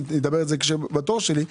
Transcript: אדבר על זה בתור שלי.